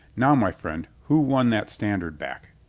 now, my friend, who won that standard back?